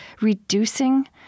reducing